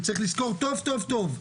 וצריך לזכור טוב טוב טוב,